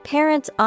Parents